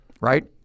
Right